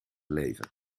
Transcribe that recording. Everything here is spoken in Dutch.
leven